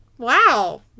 Wow